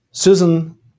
Susan